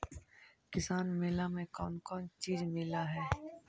किसान मेला मे कोन कोन चिज मिलै है?